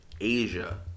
Asia